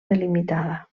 delimitada